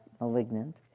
malignant